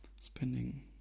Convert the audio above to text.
spending